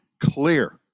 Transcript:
clear